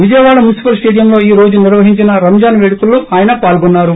Vijayawada municipal స్పేడియంలో ఈ రోజు నిర్వహించిన రంజాన్ వేడుకల్లో ఆయన పాల్గొన్నారు